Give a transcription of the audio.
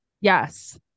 Yes